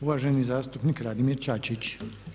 Uvaženi zastupnik Radimir Čaćić.